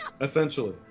essentially